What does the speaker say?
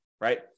right